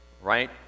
right